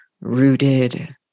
rooted